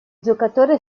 giocatore